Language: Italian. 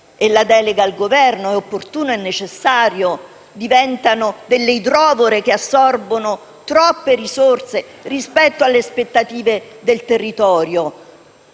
e la delega al Governo è opportuna e necessaria, perché diventano idrovore che assorbono troppe risorse rispetto alle aspettative del territorio.